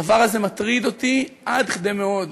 הדבר הזה מטריד אותי עד מאוד.